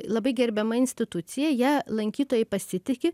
labai gerbiama institucija ja lankytojai pasitiki